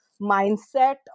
mindset